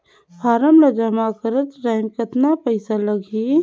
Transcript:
Form ला जमा करत टाइम कतना पइसा लगही?